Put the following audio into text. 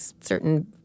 certain